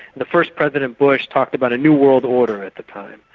the first president bush talked about a new world order at the time,